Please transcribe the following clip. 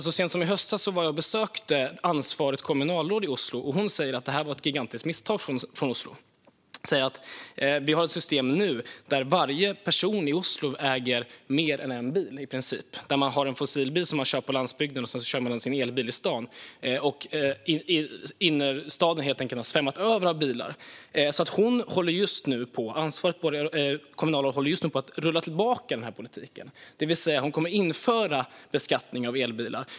Så sent som i höstas var jag och besökte ansvarigt kommunalråd i Oslo, och hon sa att detta var ett gigantiskt misstag från Oslos sida. Hon sa att man nu i Oslo har ett system där i princip varje person äger mer än en bil. Man har en fossilbil som man kör på landsbygden, och sedan kör man sin elbil i stan. Innerstaden har helt enkelt svämmat över av bilar. Ansvarigt kommunalråd i Oslo håller just nu på att rulla tillbaka den här politiken. Hon kommer att införa beskattning av elbilar.